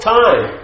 time